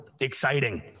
exciting